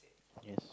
yes